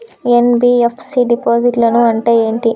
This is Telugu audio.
ఎన్.బి.ఎఫ్.సి డిపాజిట్లను అంటే ఏంటి?